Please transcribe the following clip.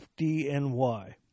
FDNY